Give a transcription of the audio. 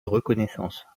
reconnaissance